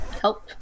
help